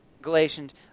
Galatians